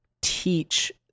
teach